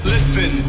Listen